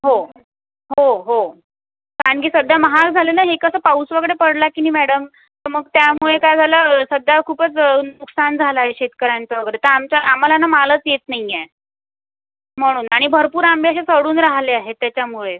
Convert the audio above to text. हो हो हो कारण की सध्या महाग झाले ना हे कसं पाऊस वगैरे पडला की नाही मॅडम तर मग त्यामुळे काय झालं सध्या खूपच नुकसान झालं आहे शेतकऱ्यांचं वगैरे तर आमचा आम्हाला ना मालच येत नाही आहे म्हणून आणि भरपूर आंबे असे सडून राहिले आहे त्याच्यामुळे